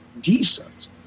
decent